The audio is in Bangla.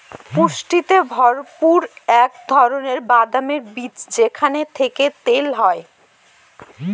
পুষ্টিতে ভরপুর এক ধরনের বাদামের বীজ যেখান থেকে তেল হয়